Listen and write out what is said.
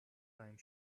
time